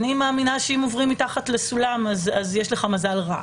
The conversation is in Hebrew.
אני מאמינה שאם עוברים מתחת לסולם, יש לך מזל רע.